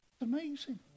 Amazing